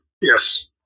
Yes